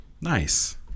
Nice